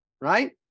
right